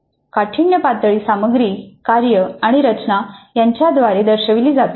काठिण्य पातळी सामग्री कार्य आणि रचना यांच्याद्वारे दर्शविले जाते